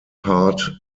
heart